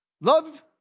love